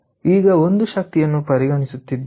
ಈಗ ಒಂದು ಶಕ್ತಿಯನ್ನು ಪರಿಗಣಿಸುತ್ತಿದ್ದೇವೆ